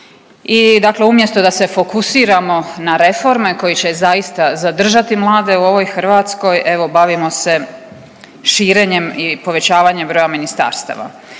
i dakle umjesto da se fokusiramo na reforme koje će zaista zadržati mlade u ovoj Hrvatskoj evo bavimo se širenjem i povećavanjem broja ministarstava.